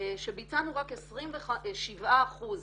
שביצענו רק 27% ביצוע.